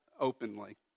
openly